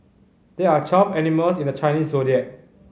there are twelve animals in the Chinese Zodiac